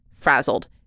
frazzled